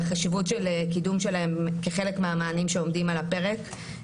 והחשיבות של קידום שלהם כחלק מהמענים שעומדים על הפרק,